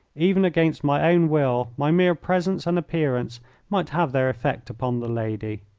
even against my own will my mere presence and appearance might have their effect upon the lady.